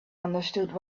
understood